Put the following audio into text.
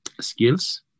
skills